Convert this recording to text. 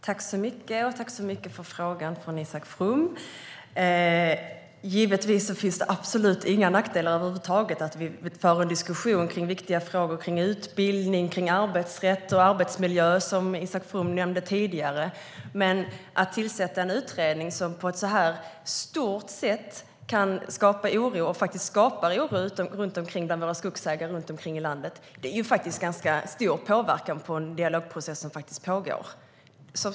Herr talman! Tack så mycket för frågan, Isak From! Givetvis finns det absolut inga nackdelar över huvud taget med att vi för en diskussion om viktiga frågor kring utbildning, arbetsrätt och arbetsmiljö, som Isak From nämnde tidigare. Men att tillsätta en utredning kan skapa oro hos skogsägarna runt omkring i landet. Det innebär ju en ganska stor påverkan när en del av processen pågår.